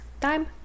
time